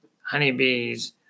honeybees